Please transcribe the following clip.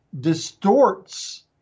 distorts